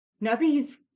Nobody's